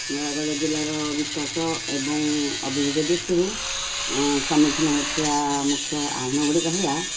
ନୟାଗଡ଼ ଜିଲ୍ଲାର ବିକାଶ ଏବଂ ଅଭିବୃଦ୍ଧି ଦୃଷ୍ଟିରୁ ସମ୍ମୁଖୀନ ହେଉଥିବା ମୁଖ୍ୟ ଆହ୍ୱାନ ଗୁଡ଼ିକ ହେଲା